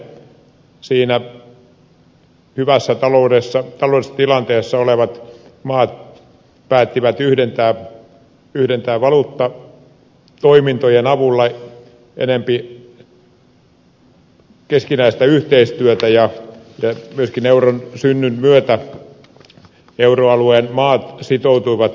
siinä hyvässä taloudellisessa tilanteessa olevat maat päättivät yhdentää valuuttatoimintojen avulla enempi keskinäistä yhteistyötä ja myöskin euron synnyn myötä euroalueen maat sitoutuivat tiukkaan talouskuriin